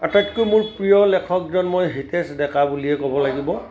আটাইতকৈ মোৰ প্ৰিয় লেখকজন মই হিতেশ ডেকা বুলিয়েই ক'ব লাগিব